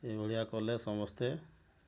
ଏହିଭଳିଆ କଲେ ସମସ୍ତେ